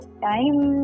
time